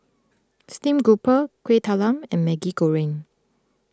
Steamed Grouper Kueh Talam and Maggi Goreng